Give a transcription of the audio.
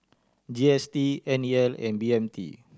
G S T N E L and B M T